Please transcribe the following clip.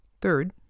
Third